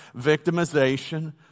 victimization